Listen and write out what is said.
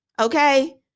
Okay